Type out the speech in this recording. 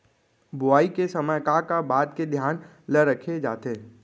बुआई के समय का का बात के धियान ल रखे जाथे?